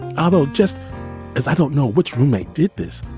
although just as i don't know which roommate did this,